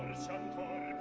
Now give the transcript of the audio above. sometimes